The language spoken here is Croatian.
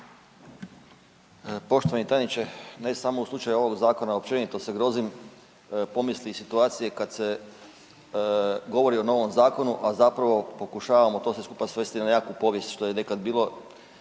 Poštovani tajniče, ne samo u slučaju ovog zakona, općenito se grozim pomisli i situacije kad se govori o novom zakonu, a zapravo pokušavamo to sve skupa svesti na nekakvu povijest, što je nekad bilo